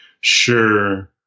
sure